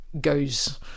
goes